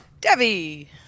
Debbie